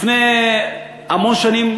לפני המון שנים,